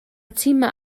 timau